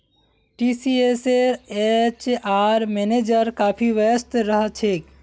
टीसीएसेर HR manager काफी व्यस्त रह छेक